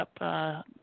up